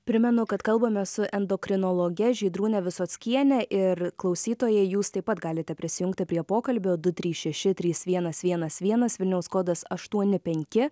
primenu kad kalbame su endokrinologe žydrūne visockiene ir klausytojai jūs taip pat galite prisijungti prie pokalbio du trys šeši trys vienas vienas vienas vilniaus kodas aštuoni penki